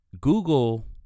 Google